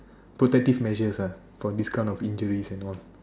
protective measures ah for this kind of injuries and all